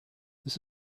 this